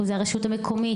אם זה הרשות המקומית,